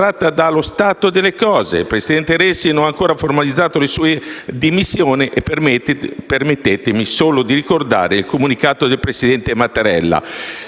dimostrata dallo stato delle cose: il presidente Renzi non ha ancora formalizzato le sue dimissioni e permettetemi solo di ricordare il comunicato del presidente Mattarella: